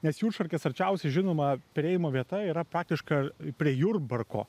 nes jūršarkės arčiausia žinoma perėjimo vieta yra praktiškai prie jurbarko